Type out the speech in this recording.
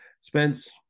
Spence